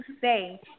say